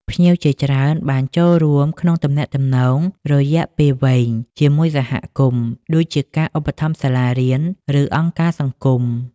ភ្ញៀវជាច្រើនបានចូលរួមក្នុងទំនាក់ទំនងរយៈពេលវែងជាមួយសហគមន៍ ដូចជាការឧបត្ថម្ភសាលារៀន ឬអង្គការសង្គម។